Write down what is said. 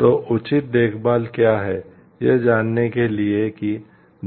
तो उचित देखभाल क्या है यह जानने के लिए कि